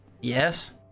Yes